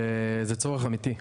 זה צורך אמיתי.